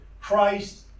Christ